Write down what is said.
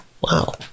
Wow